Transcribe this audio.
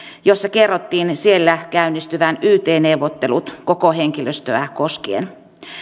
niissä kerrottiin siellä käynnistyvän yt neuvottelut koko henkilöstöä koskien